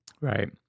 Right